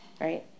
Right